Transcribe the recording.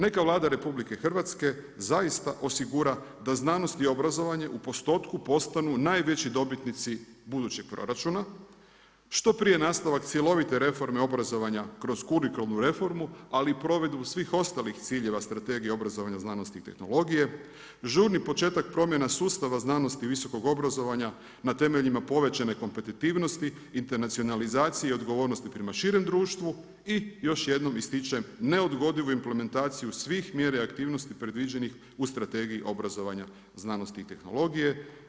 Neka Vlada RH zaista osigura da znanost i obrazovanje u postotku postanu najveći dobitnici budućeg proračuna, što prije nastavak cjelovite reforme obrazovanja kroz kurikularnu reformu ali i provedbu svih ostalih ciljeva Strategije obrazovanja, znanosti i tehnologije, žurni početak promjena sustava znanosti i visokog obrazovanja na temeljima povećane kompetitivnosti, internacionalizacije i odgovornosti prema širem društvu i još jednom ističem neodgodivu implementaciju svih, mjere i aktivnosti predviđenih u Strategiji obrazovanja znanosti i tehnologije.